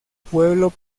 pueblo